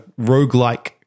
roguelike